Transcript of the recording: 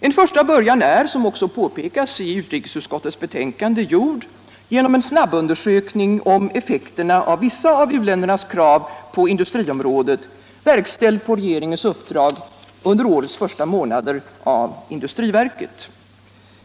En första början är, som också påpekats i utrikesutskottets betänkande, gjord genom en snabbundersök ning om effekterna av vissa av u-ländernas krav på industriområdet, verkställd på regeringens uppdrag under årets första månader av industriverket.